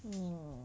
mm